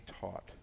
taught